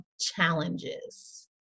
challenges